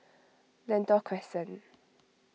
Lentor Crescent